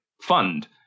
fund